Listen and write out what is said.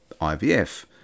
IVF